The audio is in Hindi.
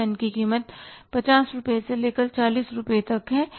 इस पेन की कीमत ५० रुपये से लेकर ४० रुपये तक है